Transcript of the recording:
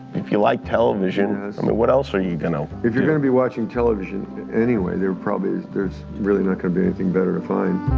if you like television, i mean what else are you gonna. if you're gonna be watching television anyway, there probably, there's really not going to be anything better to find.